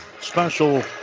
special